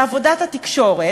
בעבודת התקשורת,